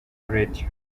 radio